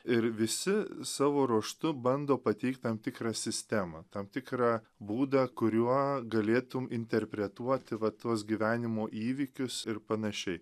ir visi savo ruožtu bando pateikt tam tikrą sistemą tam tikrą būdą kuriuo galėtum interpretuoti va tuos gyvenimo įvykius ir panašiai